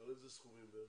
על איזה סכומים בערך?